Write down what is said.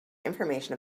information